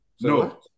No